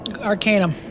Arcanum